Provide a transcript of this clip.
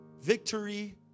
victory